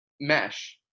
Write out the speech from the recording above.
mesh